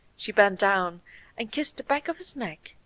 she bent down and kissed the back of his neck,